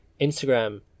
Instagram